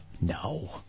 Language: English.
No